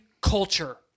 culture